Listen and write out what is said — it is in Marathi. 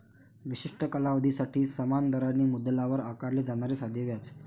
विशिष्ट कालावधीसाठी समान दराने मुद्दलावर आकारले जाणारे साधे व्याज